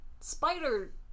spider